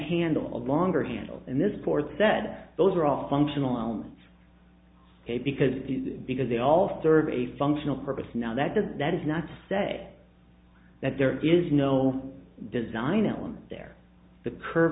handle a longer handle and this port said those are all functional elements a because because they all serve a functional purpose now that does that is not to say that there is no design element there the cur